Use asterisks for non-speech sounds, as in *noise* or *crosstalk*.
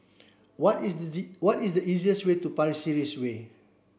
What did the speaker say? what is *unintelligible* what is the easiest way to Pasir Ris Way